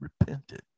repented